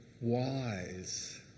wise